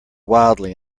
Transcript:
wildly